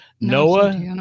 Noah